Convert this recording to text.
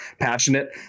passionate